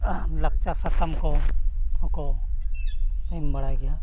ᱞᱟᱠᱪᱟᱨ ᱥᱟᱠᱟᱢ ᱠᱚ ᱦᱚᱸᱠᱚ ᱮᱢ ᱵᱟᱲᱟᱭ ᱜᱮᱭᱟ